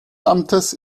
amtes